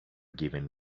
given